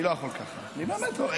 אני לא יכול ככה, אני באמת לא.